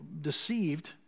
deceived